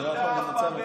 הוספתי לך דקה.